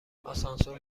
آسانسور